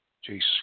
Jesus